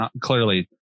clearly